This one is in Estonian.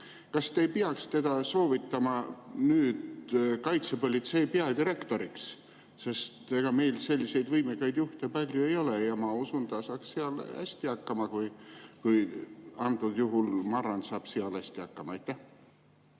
Kas te ei peaks teda soovitama nüüd kaitsepolitsei peadirektoriks? Sest ega meil selliseid võimekaid juhte palju ei ole ja ma usun, ta saaks seal hästi hakkama, kui antud juhul Marran saab seal hästi hakkama. Aitäh!